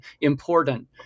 important